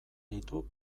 ditu